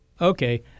Okay